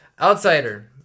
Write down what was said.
Outsider